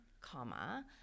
comma